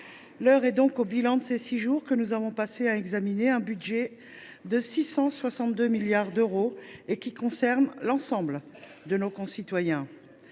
L’heure est donc au bilan des six jours que nous avons passés à examiner un budget de 662 milliards d’euros, qui touche l’ensemble de nos concitoyens.